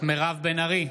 מירב בן ארי,